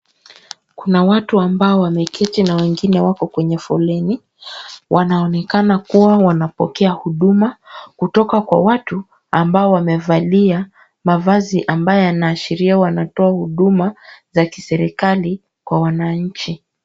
Kuna watu ambao wameketi na wengine wako kwenye foleni wanaonekana kuwa wanapokea huduma kutoka kwa watu ambao wamevalia mavazi ambayo yanaashiria wanatoa huduma za kiserikali kwa wananchi.